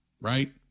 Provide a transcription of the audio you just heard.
right